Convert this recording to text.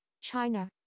China